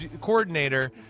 coordinator –